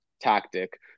tactic